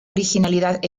originalidad